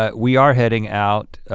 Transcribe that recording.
ah we are heading out.